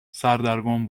سردرگم